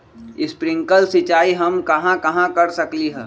Sprinkle सिंचाई हम कहाँ कहाँ कर सकली ह?